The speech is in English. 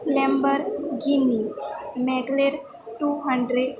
Lamborghini McLaren two hundred